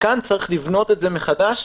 כאן צריך לבנות את זה מחדש.